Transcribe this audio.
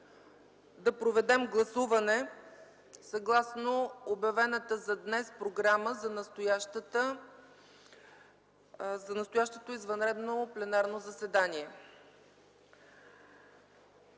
да проведем гласуване съгласно обявената за днес програма за настоящото извънредно пленарно заседание.